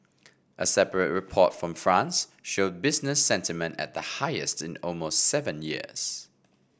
a separate report from France showed business sentiment at the highest in almost seven years